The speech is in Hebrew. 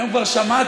היום כבר שמעתי,